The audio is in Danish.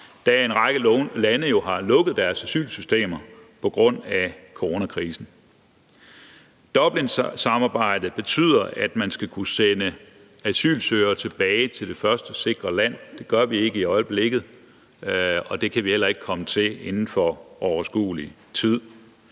da en række lande jo har lukket deres asylsystemer på grund af coronakrisen. Kl. 13:38 Dublinsamarbejdet betyder, at man skal kunne sende asylsøgere tilbage til det første sikre land. Det gør vi ikke i øjeblikket, og det kan vi heller ikke komme til inden for en overskuelig fremtid.